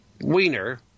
wiener